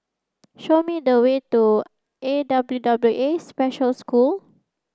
show me the way to A W W A Special School